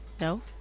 No